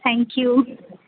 thank you